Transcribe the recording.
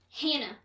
Hannah